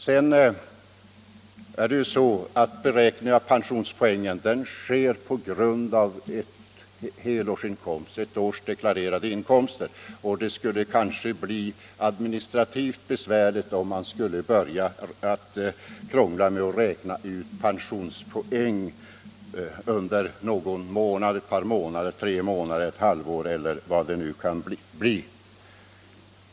Beräkningen av pensionspoäng sker på ett års deklarerade inkomster, och det skulle kanske bli administrativt besvärligt om man började räkna pensionspoäng under ett par tre månader, ett halvår eller vad det kan bli.